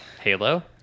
Halo